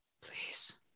Please